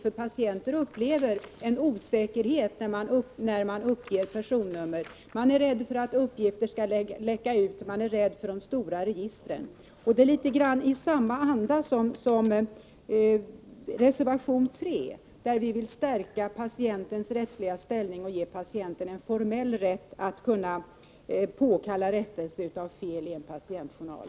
De upplever en osäkerhet när de uppger personnumret. De är rädda för att uppgifter skall läcka ut, och de är rädda för de stora registren. Det är litet av samma anda bakom reservation 3, där vi vill stärka patientens rättsliga ställning och ge patienten en formell rätt att kunna påkalla rättelse av feli en patientjournal.